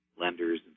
lenders